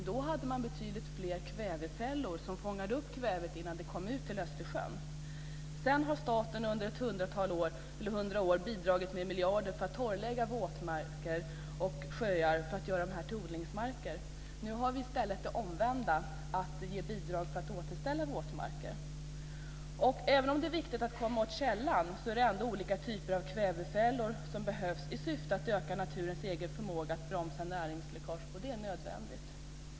Då hade man betydligt fler kvävefällor som fångade upp kvävet innan det kom ut till Östersjön. Sedan har staten under hundra år bidragit med miljarder för att torrlägga våtmarker och sjöar och göra dessa till odlingsmarker. Nu har vi i stället det omvända: att ge bidrag för att återställa våtmarker. Även om det är viktigt att komma åt källan är ändå olika typer av kvävefällor i syfte att öka naturens egen förmåga att bromsa näringsläckage nödvändiga.